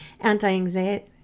anti-anxiety